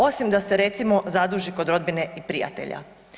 Osim da se recimo, zaduži kod rodbine i prijatelja.